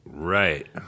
Right